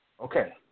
Okay